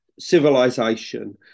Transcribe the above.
civilization